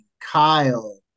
Kyle